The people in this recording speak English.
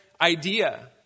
idea